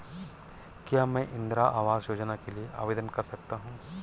क्या मैं इंदिरा आवास योजना के लिए आवेदन कर सकता हूँ?